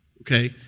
Okay